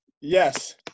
yes